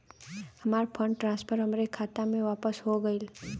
हमार fund transfer हमरे खाता मे वापस हो गईल